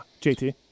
JT